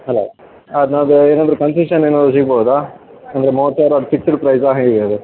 hello ಅದ್ರಾಗೆ ಏನಾದರು concession ಏನಾದರು ಸಿಗಬೋದಾ ಅಂದರೆ ಮೂವತ್ತು ಸಾವಿರ ಫಿಕ್ಸೆಡ್ ಪ್ರೈಸಾ ಹೇಗೆ ಅದು